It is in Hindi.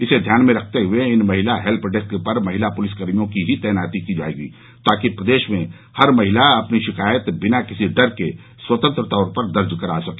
इसे ध्यान में रखते हुए इन महिला हेल्य डेस्क पर महिला पुलिसकर्मियों की ही तैनाती की जाएगी ताकि प्रदेश में हर महिला अपनी शिकायत बिना किसी डर के स्वतंत्र तौर पर दर्ज करा सके